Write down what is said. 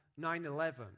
9/11